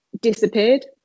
disappeared